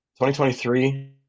2023